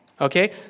okay